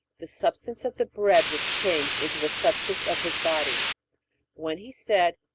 the substance of the bread was changed into the substance of his body when he said,